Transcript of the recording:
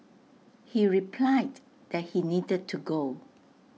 he replied that he needed to go